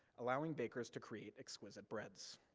allowing bakers to create exquisite breads.